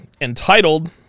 entitled